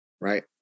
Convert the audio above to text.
right